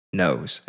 knows